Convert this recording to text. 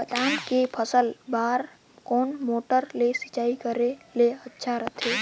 बादाम के के फसल बार कोन मोटर ले सिंचाई करे ले अच्छा रथे?